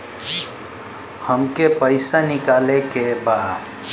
हमके पैसा निकाले के बा